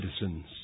citizens